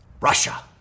Russia